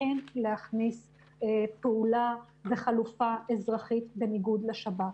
כן להכניס פעולה וחלופה אזרחית בניגוד לשב"כ.